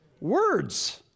words